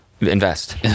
Invest